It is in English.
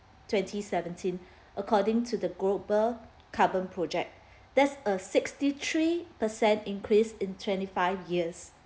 twenty seventeen according to the global carbon project there's a sixty three percent increase in twenty five years